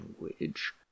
language